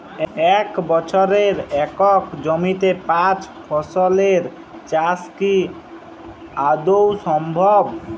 এক বছরে একই জমিতে পাঁচ ফসলের চাষ কি আদৌ সম্ভব?